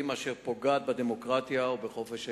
אשר פוגעת בדמוקרטיה ובחופש העיתונות.